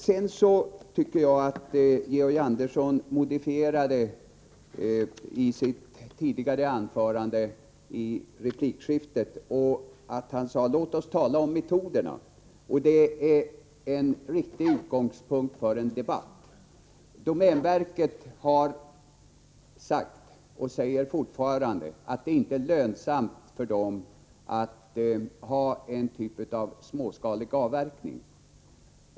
Sedan tycker jag att Georg Andersson i replikskiftet modifierade vad han sagt i sitt tidigare anförande. Han sade: Låt oss tala om metoderna! Det är en riktig utgångspunkt för en debatt. Domänverket har sagt — och säger fortfarande — att det inte är lönsamt för domänverket att ha en typ av småskalig avverkning.